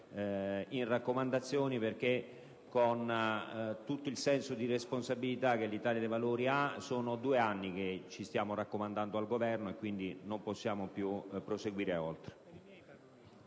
raccomandazione perché, pur con tutto il senso di responsabilità che l'Italia dei Valori ha, sono due anni che ci stiamo raccomandando al Governo e non possiamo più proseguire oltre.